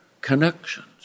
connections